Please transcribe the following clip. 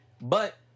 But-